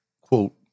Quote